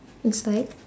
is like